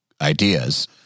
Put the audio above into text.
ideas